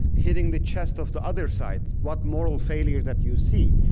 hitting the chest of the other side, what moral failures that you see.